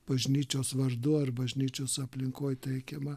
bažnyčios vardu ar bažnyčios aplinkoje teikiama